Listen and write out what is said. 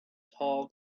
tall